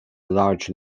large